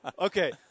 Okay